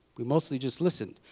we mostly just listened.